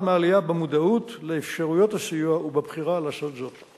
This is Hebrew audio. מהעלייה במודעות לאפשרויות הסיוע ובבחירה לעשות זאת.